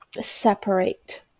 separate